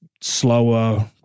Slower